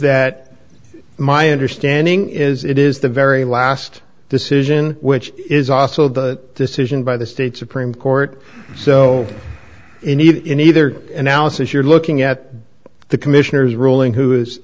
that my understanding is it is the very last decision which is also the decision by the state supreme court so in either analysis you're looking at the commissioner's ruling who is